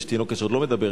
יש תינוקת שעוד לא מדברת.